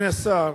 אדוני השר,